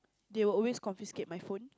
they will always confiscate my phone